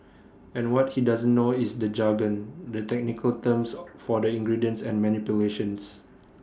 and what he doesn't know is the jargon the technical terms for the ingredients and manipulations